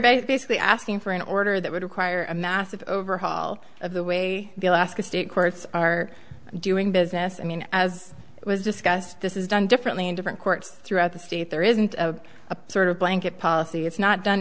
basically asking for an order that would require a massive overhaul of the way the alaska state courts are doing business i mean as was discussed this is done differently in different courts throughout the state there isn't a sort of blanket policy it's not done